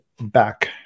back